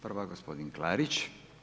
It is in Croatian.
Prva gospodin Klarić.